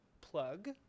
plug